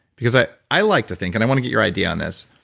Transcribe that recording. because i i like to think, and i wanna get your idea on this,